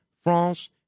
France